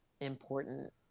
important